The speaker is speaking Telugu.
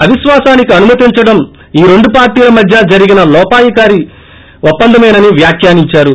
అవిశ్వాసానికి అనుమతించడం ఈ రెండు పార్టీల మధ్య జరిగిన లోపాయికారి ఒప్పందమేనని వ్యాఖ్యానించారు